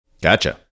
Gotcha